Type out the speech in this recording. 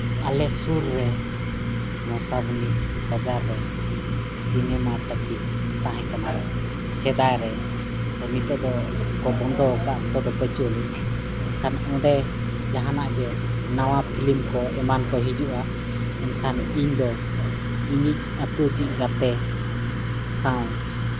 ᱟᱞᱮ ᱥᱩᱨ ᱨᱮ ᱢᱚᱥᱟᱵᱩᱱᱤ ᱵᱟᱡᱟᱨ ᱨᱮ ᱥᱤᱱᱮᱹᱢᱟ ᱴᱚᱠᱤᱡᱽ ᱛᱟᱦᱮᱸᱠᱟᱱᱟ ᱥᱮᱫᱟᱭ ᱨᱮ ᱛᱚ ᱱᱤᱛᱳᱜ ᱫᱚ ᱠᱚ ᱵᱚᱱᱫᱚᱣᱟᱠᱟᱜᱼᱟ ᱱᱤᱛᱳᱜ ᱫᱚ ᱵᱟᱹᱪᱩᱜᱼᱟᱹᱱᱤᱡ ᱮᱱᱠᱷᱟᱱ ᱚᱸᱰᱮ ᱡᱟᱦᱟᱱᱟᱜ ᱜᱮ ᱱᱟᱣᱟ ᱯᱷᱞᱤᱢ ᱠᱚ ᱮᱢᱟᱱ ᱠᱚ ᱦᱤᱡᱩᱜᱼᱟ ᱮᱱᱠᱷᱟᱱ ᱤᱧ ᱫᱚ ᱤᱧᱤᱡ ᱟᱹᱛᱩ ᱨᱤᱱᱤᱡ ᱜᱟᱛᱮ ᱥᱟᱶ